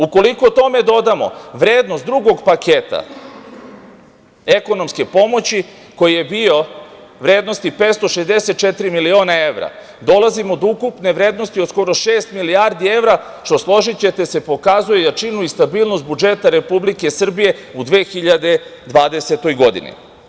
Ukoliko tome dodamo vrednost drugog paketa ekonomske pomoći koji je bio vrednosti 564 miliona evra, dolazimo do ukupne vrednosti od skoro šest milijardi evra, što složićete se, pokazuje jačinu i stabilnost budžeta Republike Srbije u 2020. godini.